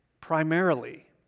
primarily